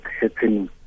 happening